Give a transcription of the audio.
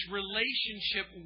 relationship